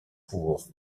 court